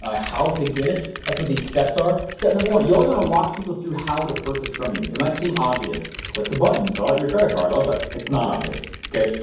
ah how to get it. that's what these steps are. step number one, you always wanna walk people through how to purchase from you. it might seem obvious, click the button, fill out your credit card, also, it's not obvious, okay?